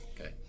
okay